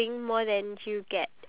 riya